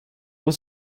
was